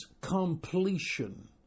completion